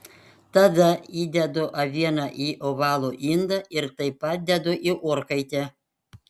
tada įdedu avieną į ovalų indą ir taip pat dedu į orkaitę